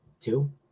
Two